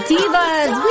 Divas